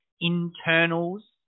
internals